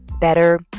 better